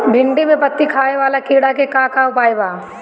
भिन्डी में पत्ति खाये वाले किड़ा के का उपाय बा?